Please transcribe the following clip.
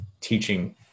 teaching